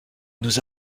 nous